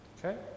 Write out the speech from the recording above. Okay